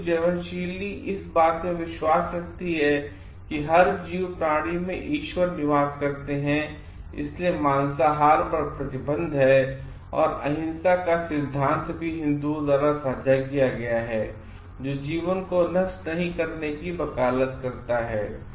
हिन्दू जीवनशैली इस बात में विश्वास रखती हैं कि हर जीव प्राणी में ईश्वर निवास करते हैं और इसलिए मांसाहार पर प्रतिबन्ध हैअहिंसा का सिद्धांत भी हिंदुओं द्वारा साझा किया गया है जो जीवन को नष्ट नहीं करने की वकालत करता है